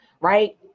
right